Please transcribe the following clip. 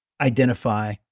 identify